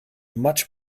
much